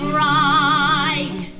right